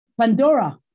Pandora